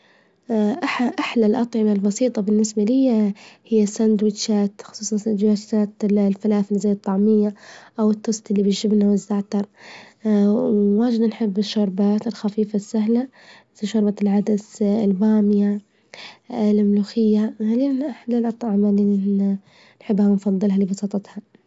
أحلى- أحلى الأطعمة البسيطة بالنسبة لي هي ساندوتشات خصوصي سنوشات الفلافل زي الطعمية، أو التوست إللي بالجبنة مع الزعتر، واجد نحب الشوربات الخفيفة السهلة، في شوربة العدس، البامية، الملوخية، ما أحلى الأطعمة إللي بنفظلها لبساطتها.